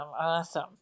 Awesome